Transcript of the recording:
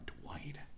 Dwight